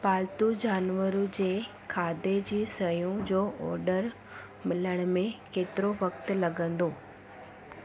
पालतू जानवर जे खाधे जी शयूं जो ऑडर मिलण में केतिरो वक़्ति लॻंदो